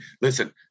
listen